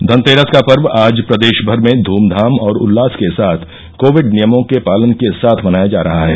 धनतेरस का पर्व आज प्रदेश भर में धुम्धाम और उल्लास के साथ कोविड नियमों के पालन के साथ मनाया जा रहा है